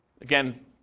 Again